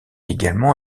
également